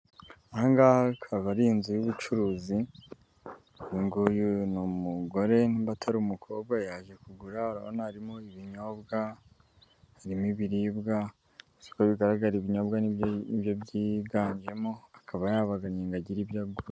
Aha ngaha akaba ari inzu y'ubucuruzi, uyu nguyu ni umugore niba atari umukobwa, yaje kugura, urabona harimo ibinyobwa, harimo ibiribwa, isoko bigaragara ibinyobwa ni byo byiganjemo, akaba yabagannye ngo agira ibyo agura.